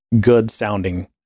good-sounding